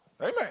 Amen